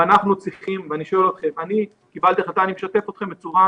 אני שואל אתכם: אני קיבלתי החלטה אני משתף אתכם בצורה